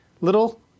little